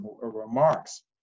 remarks